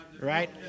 right